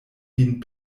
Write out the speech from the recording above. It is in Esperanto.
vin